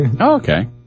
okay